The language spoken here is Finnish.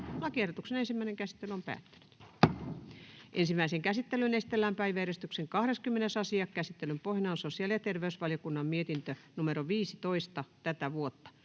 emme ole liian myöhässä. — Kiitoksia. Ensimmäiseen käsittelyyn esitellään päiväjärjestyksen 20. asia. Käsittelyn pohjana on sosiaali- ja terveysvaliokunnan mietintö StVM 15/2023 vp.